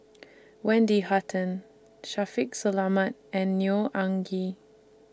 Wendy Hutton Shaffiq Selamat and Neo Anngee